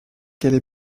qu’elle